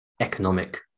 economic